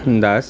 ਦਸ